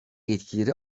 yetkileri